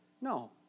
No